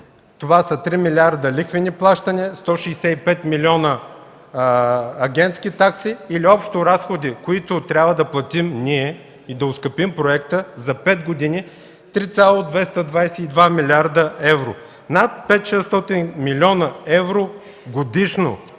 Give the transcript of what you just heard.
Това са 3 милиарда лихвени плащания, 165 милиона агентски такси или общо разходи, които трябва да платим ние и да оскъпим проекта, за 5 години – 3,222 милиарда евро. Над 500 600 млн. евро годишно!